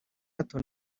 hato